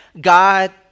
God